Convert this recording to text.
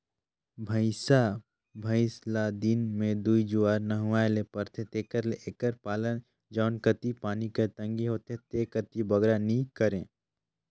भंइसा भंइस ल दिन में दूई जुवार नहुवाए ले परथे तेकर ले एकर पालन जउन कती पानी कर तंगी होथे ते कती बगरा नी करें